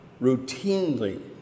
routinely